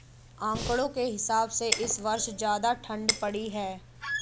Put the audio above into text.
आंकड़ों के हिसाब से इस वर्ष ज्यादा ठण्ड पड़ी है